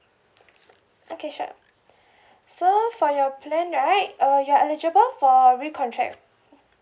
okay sure so for your plan right uh you're eligible for recontract